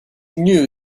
knew